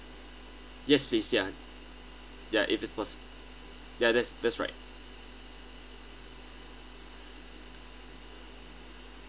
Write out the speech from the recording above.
yes please ya ya if it's pos~ ya that's that's right